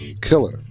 Killer